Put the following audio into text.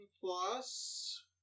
plus